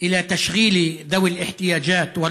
להלן תרגומם: ביום זה אני קורא לבעלי העסקים הערבים